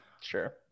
Sure